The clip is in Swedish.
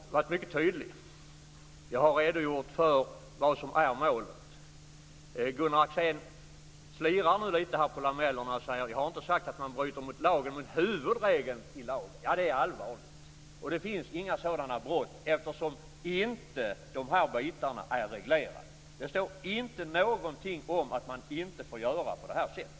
Fru talman! Jag har varit mycket tydlig. Jag har redogjort för vad som är målet. Gunnar Axén slirar nu lite på lamellerna och säger att han inte har sagt att man bryter mot lagen utan mot huvudregeln. Ja, det är allvarligt. Det finns inga sådana brott eftersom dessa bitar inte är reglerade. Det står inte någonting om att man inte får göra på detta sätt.